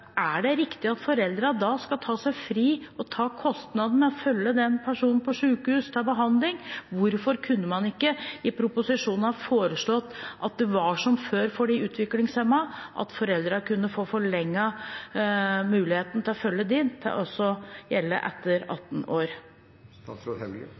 er det riktig at foreldrene skal ta seg fri og ta kostnaden med å følge den personen til sykehus, til behandling? Hvorfor kunne man ikke i proposisjonen ha foreslått at det skulle være som før for de utviklingshemmede, at foreldrene kunne få forlenget muligheten til å følge dem dit, at det også skulle gjelde etter